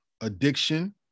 addiction